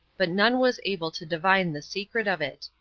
but none was able to divine the secret of it.